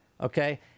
Okay